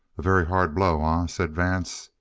a very hard blow, ah, said vance,